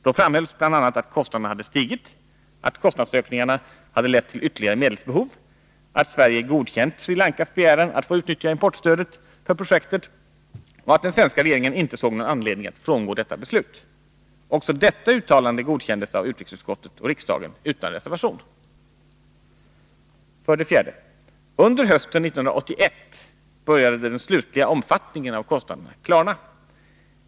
Då framhölls bl.a. att kostnaderna hade stigit, att kostnadsökningarna hade lett till ytterligare medelsbehov, att Sverige godkänt Sri Lankas begäran att få utnyttja importstödet för projektet och att den svenska regeringen inte såg någon anledning att frångå detta beslut. Också detta uttalande godkändes av utrikesutskottet och riksdagen — utan reservation. För det fjärde: Under hösten 1981 började den slutliga omfattningen av kostnaderna att klarna.